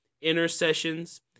intercessions